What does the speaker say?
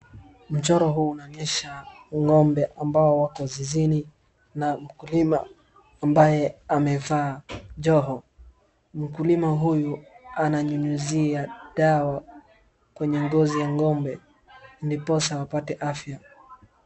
Mchoro huu unaonyesha ng'ombe ambao wako zizini na mkulima ambaye amevaa joho. Mkulima huyu ananyunyuzia dawa kwenye ngozi ya ng'ombe ndposa wapate afya.